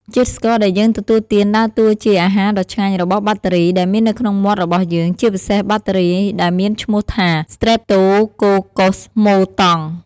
ជាតិស្ករដែលយើងទទួលទានដើរតួជាអាហារដ៏ឆ្ងាញ់របស់បាក់តេរីដែលមាននៅក្នុងមាត់របស់យើង ជាពិសេសបាក់តេរីដែលមានឈ្មោះថា ស្ត្រេបតូកូកុស មូតង់ ។